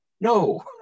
no